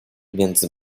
między